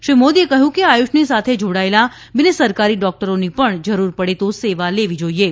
શ્રી મોદીએ કહ્યું કે આયુષની સાથે જોડાયેલા બિનસરકારી ડોક્ટરોની પણ જરૂર પડે તો સેવા લેવી જોઇએ